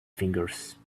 fingers